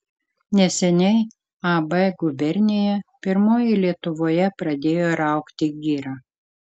neseniai ab gubernija pirmoji lietuvoje pradėjo raugti girą